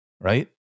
right